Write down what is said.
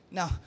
Now